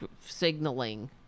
signaling